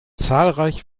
zahlreiche